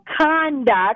conduct